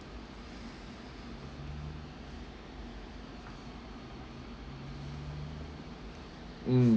mm